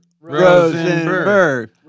Rosenberg